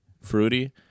fruity